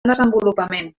desenvolupament